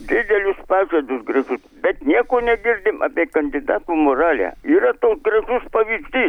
didelius pažadus gražius bet nieko negirdim apie kandidatų moralę yra toks gražus pavyzdys